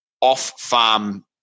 off-farm